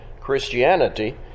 Christianity